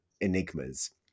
enigmas